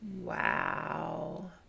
Wow